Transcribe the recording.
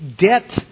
debt